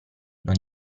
non